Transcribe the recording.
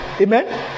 Amen